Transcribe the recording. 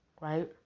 right